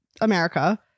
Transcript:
America